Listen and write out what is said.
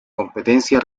competencia